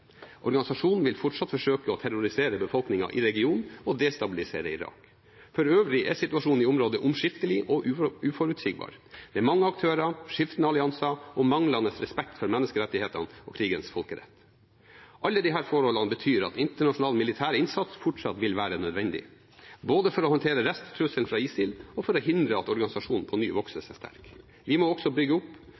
Organisasjonen vil fortsatt forsøke å terrorisere befolkningen i regionen og destabilisere Irak. For øvrig er situasjonen i området omskiftelig og uforutsigbar, med mange aktører, skiftende allianser og manglende respekt for menneskerettighetene og krigens folkerett. Alle disse forholdene betyr at internasjonal militær innsats fortsatt vil være nødvendig, både for å håndtere resttrusselen fra ISIL og for å hindre at organisasjonen på ny vokser seg sterk. Vi må også bygge opp